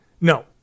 No